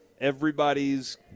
everybody's